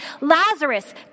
Lazarus